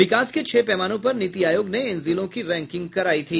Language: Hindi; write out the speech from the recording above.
विकास के छह पैमानों पर नीति आयोग ने इन जिलों की रैंकिंग कराई थी